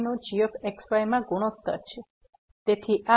તેથી આ L1 અને L2 નો ગુણોત્તર થશે